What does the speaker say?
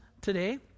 today